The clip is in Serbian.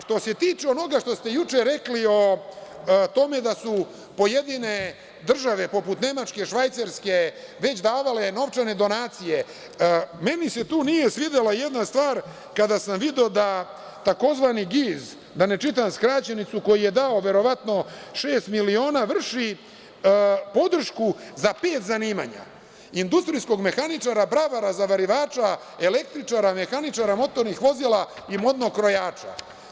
Što se tiče onoga što ste juče rekli o tome da su pojedine države, poput Nemačke, Švajcarske, već davale novčane donacije, meni se tu nije svidela jedna stvar, kada sam video da tzv. GIZ, da ne čitam skraćenicu koju je dao verovatno, šest miliona, vrši podršku za pet zanimanja – industrijskog mehaničara, bravara, zavarivača, električara, mehaničara motornih vozila i modnog krojača.